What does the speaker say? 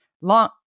long